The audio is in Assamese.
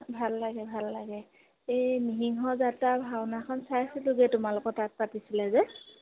ভাল লাগে ভাল লাগে এই নৃসিংহ যাত্ৰা ভাওনাখন চাইছিলোঁগৈ তোমালোকৰ তাত পাতিছিলে যে